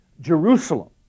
Jerusalem